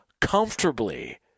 comfortably